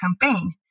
campaign